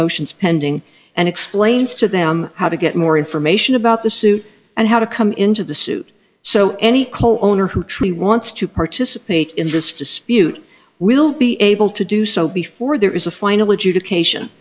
motions pending and explains to them how to get more information about the suit and how to come into the suit so any coal owner who truly wants to participate in this dispute will be able to do so before there is a final